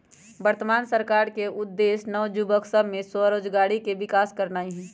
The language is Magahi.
वर्तमान सरकार के उद्देश्य नओ जुबक सभ में स्वरोजगारी के विकास करनाई हई